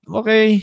okay